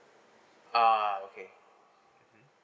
ah okay mmhmm